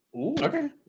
Okay